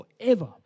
forever